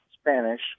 Spanish